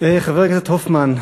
חבר הכנסת הופמן,